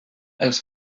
els